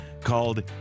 called